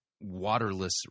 waterless